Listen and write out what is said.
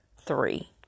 three